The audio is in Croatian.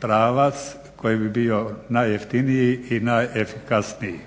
pravac koji bi bio najjeftiniji i najefikasniji.